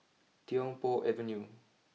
Tiong Poh Avenue